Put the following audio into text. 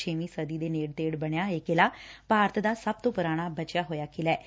ਛੇਵੀ ਸਦੀ ਦੇ ਨੇੜੇ ਤੇੜੇ ਬਣਿਆ ਇਹ ਕਿਲਾ ਭਾਰਤ ਦਾ ਸਭ ਤੋਂ ਪੁਰਾਣਾ ਬਚਿਆ ਹੋਇਆ ਕਿਲ੍ਹਾ ਏ